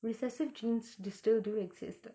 recessive genes will still do exist what